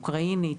אוקראינית,